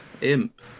imp